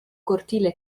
cortile